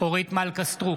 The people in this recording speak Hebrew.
אורית מלכה סטרוק,